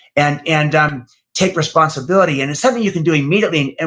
and and um take responsibility, and it's something you can do immediately. and